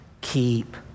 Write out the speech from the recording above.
keep